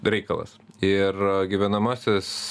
reikalas ir gyvenamasis